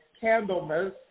Candlemas